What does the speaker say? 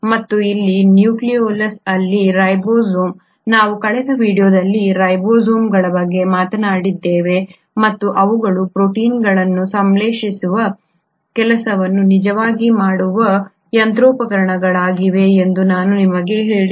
ಮತ್ತು ಇಲ್ಲಿ ನ್ಯೂಕ್ಲಿಯೊಲಸ್ ಅಲ್ಲಿ ರೈಬೋಸೋಮ್ಗಳು ನಾವು ಕಳೆದ ವೀಡಿಯೊದಲ್ಲಿ ರೈಬೋಸೋಮ್ಗಳ ಬಗ್ಗೆ ಮಾತನಾಡಿದ್ದೇವೆ ಮತ್ತು ಇವುಗಳು ಪ್ರೋಟೀನ್ಗಳನ್ನು ಸಂಶ್ಲೇಷಿಸುವ ಕೆಲಸವನ್ನು ನಿಜವಾಗಿ ಮಾಡುವ ಯಂತ್ರೋಪಕರಣಗಳಾಗಿವೆ ಎಂದು ನಾನು ನಿಮಗೆ ಹೇಳಿದೆ